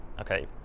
okay